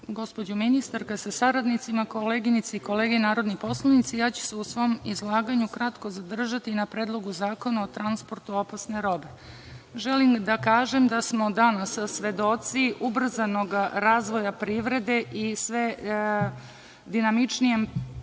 gospođo ministarka sa saradnicima, koleginice i kolege narodni poslanici, ja ću se u svom izlaganju kratko zadržati na Predlogu zakona o transportu opasne robe. Želim da kažem da smo danas svedoci ubrzanog razvoja privrede i sve dinamičnijim